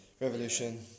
Revolution